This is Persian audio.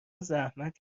زحمت